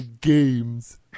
games